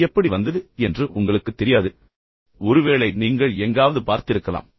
அது எப்படி வந்தது என்று உங்களுக்குத் தெரியாது ஒருவேளை நீங்கள் எங்காவது பார்த்திருக்கலாம்